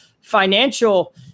financial